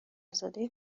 زاده